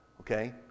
Okay